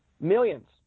Millions